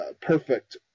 perfect